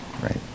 Right